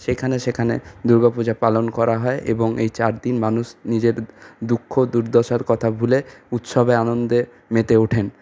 সেখানে সেখানে দুর্গাপুজো পালন করা হয় এবং এই চারদিন মানুষ নিজের দুঃখ দুর্দশার কথা ভুলে উৎসবে আনন্দে মেতে ওঠেন